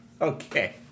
Okay